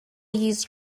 use